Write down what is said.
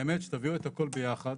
באמת, שתביאו את הכל ביחד.